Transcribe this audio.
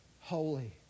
holy